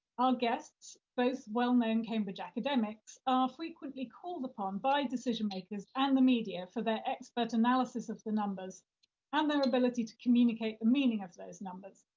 ah guests, both well-known cambridge academics, are frequently called upon by decision makers and the media for their expert analysis of the numbers and their ability to communicate the meaning of those numbers.